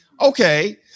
Okay